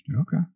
Okay